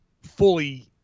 fully